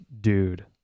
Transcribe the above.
dude